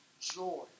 joy